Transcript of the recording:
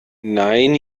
nein